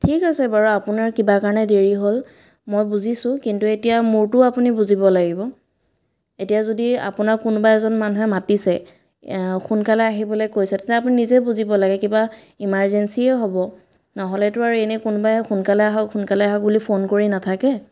ঠিক আছে বাৰু আপোনাৰ কিবা কাৰণে দেৰি হ'ল মই বুজিছোঁ কিন্তু এতিয়া মোৰটোও আপুনি বুজিব লাগিব এতিয়া যদি আপোনাক কোনোবা এজন মানুহে মাতিছে সোনকালে আহিবলৈ কৈছে তেতিয়া আপুনি নিজেই বুজিব লাগে কিবা ইমাৰজেঞ্চিয়েই হ'ব নহ'লেতো আৰু এনেই কোনোবাই সোনকালে আহক সোনকালে আহক বুলি ফোন কৰি নাথাকে